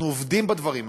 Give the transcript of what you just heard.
אנחנו עובדים בדברים האלה,